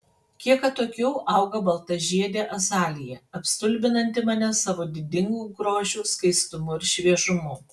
kiek atokiau auga baltažiedė azalija apstulbinanti mane savo didingu grožiu skaistumu ir šviežumu